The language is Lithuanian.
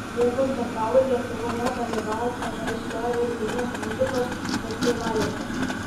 jie koncertavo lietuvoje dalyvavo pažaislio ir vilniaus muzikos festivaliuose